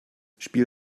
spiel